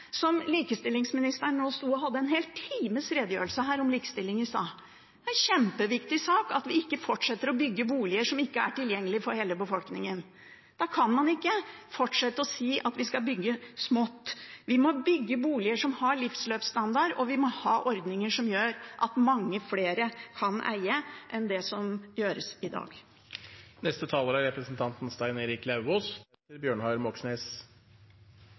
som likestillingsministeren sto og hadde en hel times redegjørelse om her i stad – om likestilling? Det er en kjempeviktig sak at vi ikke fortsetter med å bygge boliger som ikke er tilgjengelige for hele befolkningen. Da kan man ikke fortsette med å si at vi skal bygge smått. Vi må bygge boliger som har livsløpsstandard, og vi må ha ordninger som gjør at mange flere kan eie enn med det som gjøres i